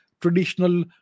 traditional